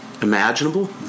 Imaginable